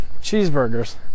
cheeseburgers